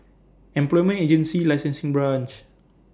Employment Agency Licensing Branch